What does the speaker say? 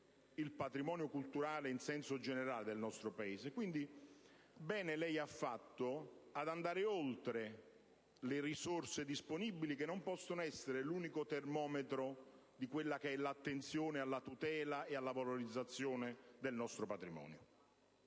il patrimonio culturale in senso generale del nostro Paese. Bene, quindi, lei ha fatto ad andare oltre le risorse disponibili, che non possono essere l'unico termometro dell'attenzione alla tutela e alla valorizzazione del nostro patrimonio.